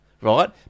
right